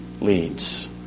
leads